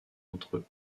entre